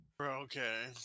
Okay